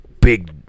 big